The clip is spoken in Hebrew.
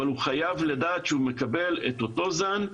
אבל הוא חייב לדעת שהוא מקבל את אותו זן,